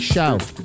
Show